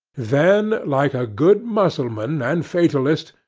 then, like a good mussulman and fatalist,